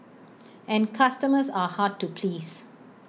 and customers are hard to please